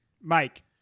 Mike